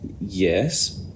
yes